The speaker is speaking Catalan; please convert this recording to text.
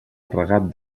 carregat